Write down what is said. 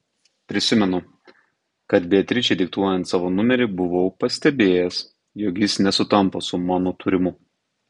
prisimenu kad beatričei diktuojant savo numerį buvau pastebėjęs jog jis nesutampa su mano turimu